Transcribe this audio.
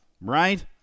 right